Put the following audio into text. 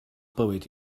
bywyd